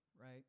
right